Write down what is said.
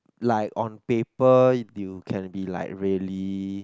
like on paper you can be like really